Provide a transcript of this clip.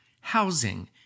housing